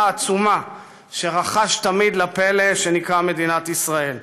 העצומה שרחש תמיד לפלא שנקרא מדינת ישראל.